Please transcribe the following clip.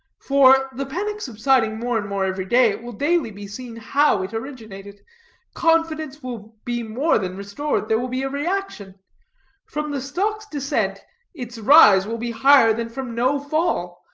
for, the panic subsiding more and more every day, it will daily be seen how it originated confidence will be more than restored there will be a reaction from the stock's descent its rise will be higher than from no fall,